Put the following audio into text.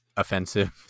offensive